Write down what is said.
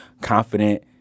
confident